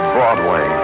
Broadway